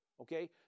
okay